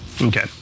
Okay